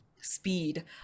speed